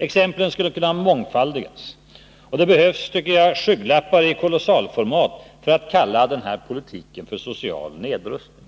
Exemplen skulle kunna mångfaldigas, och det behövs skygglappar i kolossalformat för att kalla den här politiken för social nedrustning.